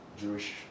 Jewish